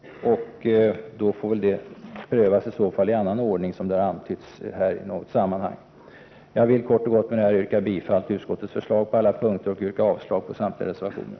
Detta får i så fall prövas i annan ordning, som har antytts i något sammanhang. Jag vill med detta kort och gott yrka bifall till utskottets förslag på alla punkter och avslag på samtliga reservationer.